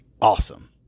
Awesome